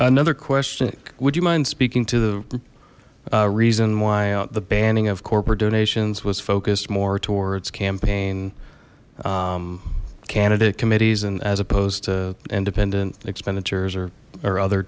another question would you mind speaking to the reason why the banning of corporate donations was focused more towards campaign candidate committees and as opposed to independent expenditures or or other